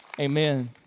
Amen